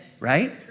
right